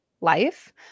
life